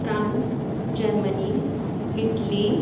France Germany Italy